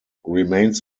remains